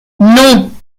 non